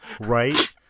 Right